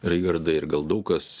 raigardai ir gal daug kas